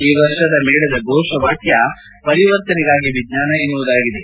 ಈ ವರ್ಷದ ಮೇಳದ ಘೋಷವಾಕ್ಯ ಪರಿವರ್ತನೆಗಾಗಿ ವಿಜ್ಞಾನ ಎನ್ನು ವುದಾಗಿದೆ